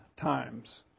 times